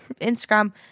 Instagram